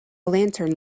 lantern